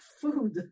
food